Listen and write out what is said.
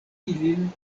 ilin